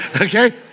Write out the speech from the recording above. Okay